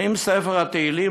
האם ספר התהילים,